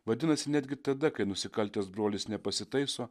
vadinasi netgi tada kai nusikaltęs brolis nepasitaiso